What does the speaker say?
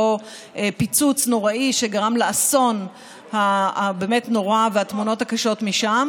אותו פיצוץ נוראי שגרם לאסון הנורא והתמונות הקשות משם.